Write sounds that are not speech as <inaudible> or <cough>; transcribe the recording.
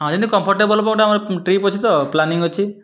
ହଁ ଯେମିତି comfortable <unintelligible> trip ଅଛି ତ ପ୍ଲାନିଂ ଅଛି